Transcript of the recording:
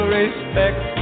respect